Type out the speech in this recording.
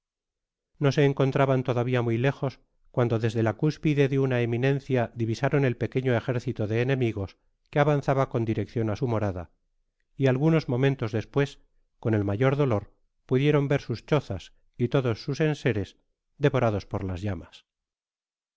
no se encontraban todavia muy lejos cuando desde la cúspide de una eminencia divisaron el pequeño ejército de enemigoque avanzaba con direccion á su morada y algunos momentos despues con el mayor dolor pudieron ver sus hozas y todos sus enseres devorados por las llamas